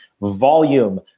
volume